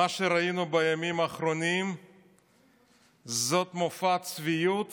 מה שראינו בימים האחרונים זה מופע צביעות